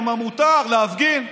כי מותר להפגין,